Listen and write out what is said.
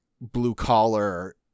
blue-collar